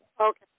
Okay